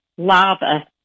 Lava